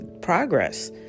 progress